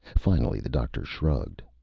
finally the doctor shrugged.